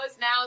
now